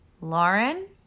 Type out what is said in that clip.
Lauren